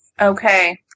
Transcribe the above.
Okay